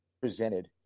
presented